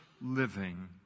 living